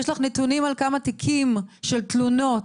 יש לך נתונים על כמה תיקים של תלונות,